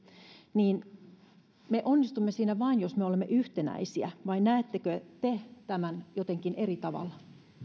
ja me onnistumme siinä vain jos me olemme yhtenäisiä vai näettekö te tämän jotenkin eri tavalla